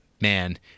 man